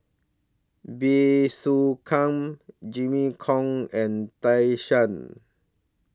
Bey Soo Khiang Jimmy Chok and Tan Shen